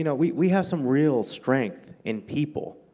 you know we we have some real strength in people.